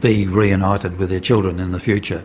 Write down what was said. be reunited with their children in the future.